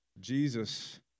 Jesus